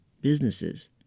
businesses